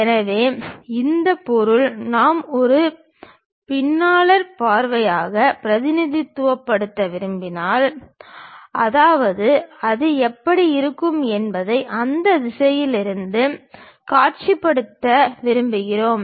எனவே இந்த பொருள் நாம் ஒரு பிளானர் பார்வையாக பிரதிநிதித்துவப்படுத்த விரும்பினால் அதாவது அது எப்படி இருக்கும் என்பதை அந்த திசையிலிருந்து காட்சிப்படுத்த விரும்புகிறோம்